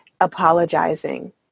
apologizing